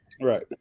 right